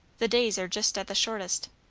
the days are just at the shortest.